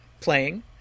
playing